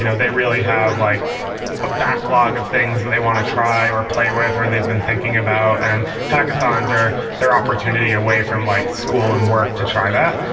you know they really have like a backlog of things and they want to try or play with, or they've been thinking about, and hackathons are their opportunity away from like school and work to try that.